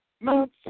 Mount